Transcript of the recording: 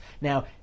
Now